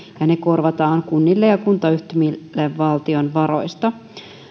ja ne korvataan kunnille ja kuntayhtymille valtion varoista